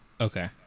Okay